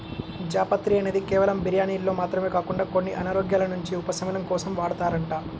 జాపత్రి అనేది కేవలం బిర్యానీల్లో మాత్రమే కాకుండా కొన్ని అనారోగ్యాల నుంచి ఉపశమనం కోసం వాడతారంట